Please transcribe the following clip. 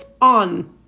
on